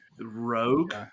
Rogue